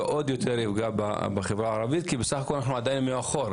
ועוד יותר יפגע בחברה הערבית כי בסך הכל אנחנו עדיין מאחור.